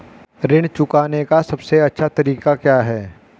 ऋण चुकाने का सबसे अच्छा तरीका क्या है?